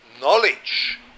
knowledge